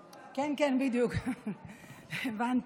הבנתי,